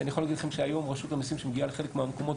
אני יכול להגיד לכם שהיום רשות המיסים שמגיעה לחלק מהמקומות,